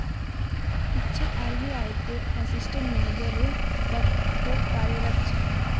इच्छा आर.बी.आई त assistant manager रे पद तो कार्यरत छे